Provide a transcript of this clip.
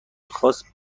خاص